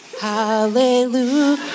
Hallelujah